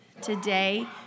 today